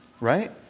Right